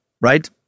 right